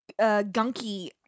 gunky